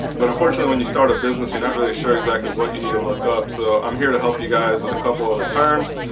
but unfortunately when you start a business you're not really sure exactly what you need to look up. so i'm here to help you guys with a couple of the terms.